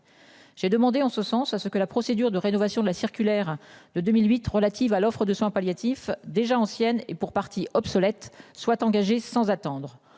J'ai demandé en ce sens à ce que la procédure de rénovation de la circulaire de 2008 relative à l'offre de soins palliatifs déjà ancienne et pour partie obsolète soit engagé sans attendre